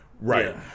Right